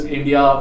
India